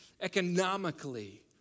Economically